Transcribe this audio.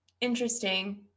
Interesting